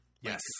yes